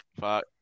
Fuck